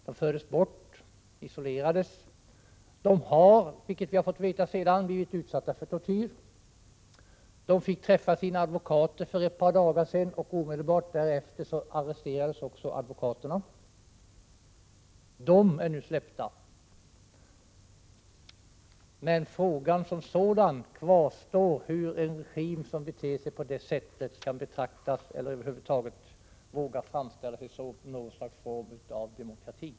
De fördes bort och isolerades. De har, vilket vi fått veta senare, blivit utsatta för tortyr. De fick träffa sina advokater för ett par dagar sedan, och omedelbart därefter arresterades också advokaterna. Advokaterna är nu släppta, men frågan kvarstår. Hur kan en regim som beter sig på det sättet våga framställa sig som någon form av demokrati?